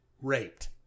Raped